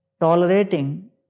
tolerating